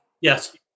yes